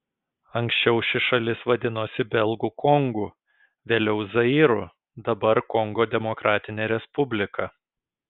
anksčiau ši šalis vadinosi belgų kongu vėliau zairu dabar kongo demokratinė respublika